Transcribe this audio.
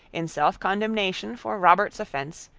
in self-condemnation for robert's offence,